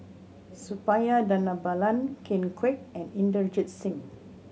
Suppiah Dhanabalan Ken Kwek and Inderjit Singh